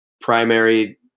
primary